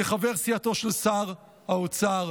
כחבר סיעתו של שר האוצר,